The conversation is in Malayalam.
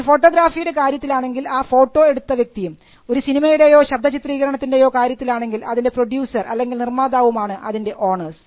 ഒരു ഫോട്ടോഗ്രാഫിയുടെ കാര്യത്തിലാണെങ്കിൽ ആ ഫോട്ടോ എടുത്ത വ്യക്തിയും ഒരു സിനിമയുടെയോ ശബ്ദ ചിത്രീകരണത്തിൻറേയോ കാര്യത്തിലാണെങ്കിൽ അതിൻറെ പ്രൊഡ്യൂസർ അല്ലെങ്കിൽ നിർമാതാവും ആണ് അതിൻറെ ഓതേഴ്സ്